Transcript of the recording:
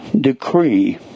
decree